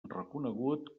reconegut